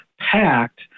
packed